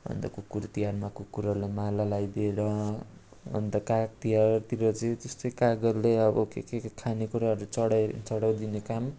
अन्त कुकुरतिहारमा कुकुरहरूलाई माला लगाइदिएर अन्त कागतिहारतिर चाहिँ त्यस्तै कागहरूलाई अब के के खाने कुराहरू चढाए चढाइदिने काम